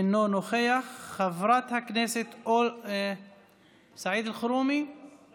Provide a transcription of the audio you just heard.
אינו נוכח, חבר הכנסת סעיד אלחרומי, הוא